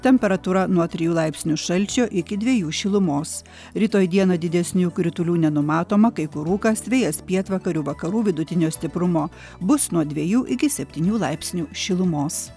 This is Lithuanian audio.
temperatūra nuo trijų laipsnių šalčio iki dviejų šilumos rytoj dieną didesnių kritulių nenumatoma kai kur rūkas vėjas pietvakarių vakarų vidutinio stiprumo bus nuo dviejų iki septynių laipsnių šilumos